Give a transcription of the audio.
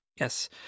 Yes